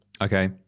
Okay